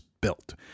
built